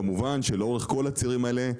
וכמובן שלאורך כל הצירים האלה,